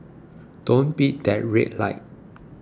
don't beat that red light